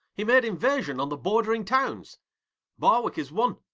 he made invasion on the bordering towns barwick is won,